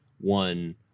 one